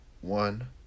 one